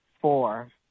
four